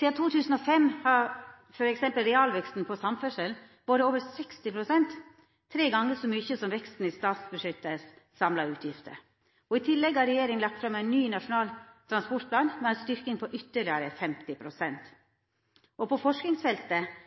Sidan 2005 har t.d. realveksten på samferdsel vore over 60 pst., tre gonger så mykje som veksten i dei samla utgiftene i statsbudsjettet. I tillegg har regjeringa lagt fram ein ny Nasjonal transportplan med ei styrking på ytterlegare 50 pst. På forskingsfeltet